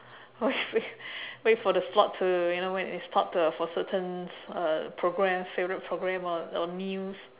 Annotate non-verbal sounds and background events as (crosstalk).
wait (laughs) wait wait for the slot to you know when it stop to for certain uh program favourite program or or news